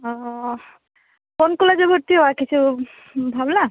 ও কোন কলেজে ভর্তি হবা কিছু ভাবলা